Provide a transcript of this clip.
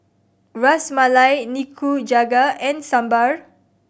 Ras Malai Nikujaga and Sambar